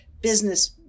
business